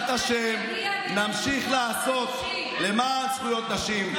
נמשיך לעשות למען זכויות נשים.